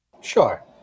Sure